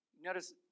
Notice